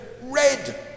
red